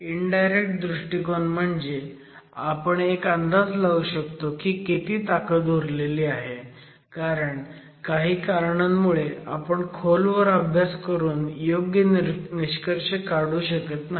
indirect दृष्टीकोन म्हणजे आपण एक अंदाज लावू शकतो की किती ताकद उरलेली आहे कारण काही कारणांमुळे आपण खोलवर अभ्यास करून योग्य निष्कर्ष काढू शकत नाही